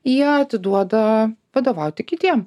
jie atiduoda vadovauti kitiem